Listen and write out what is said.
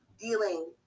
dealing